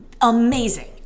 Amazing